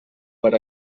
per